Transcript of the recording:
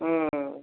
ହୁଁ